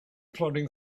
plodding